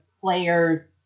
players